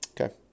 Okay